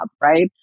right